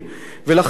לכן,